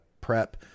prep